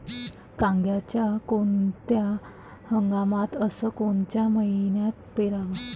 कांद्या कोनच्या हंगामात अस कोनच्या मईन्यात पेरावं?